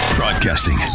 Broadcasting